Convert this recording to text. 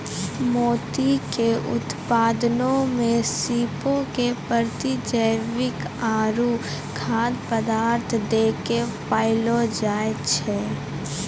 मोती के उत्पादनो मे सीपो के प्रतिजैविक आरु खाद्य पदार्थ दै के पाललो जाय छै